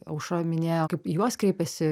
aušra minėjo kaip į juos kreipiasi